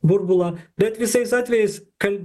burbulą bet visais atvejais kai